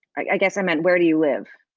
like i guess i meant where do you live?